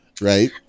right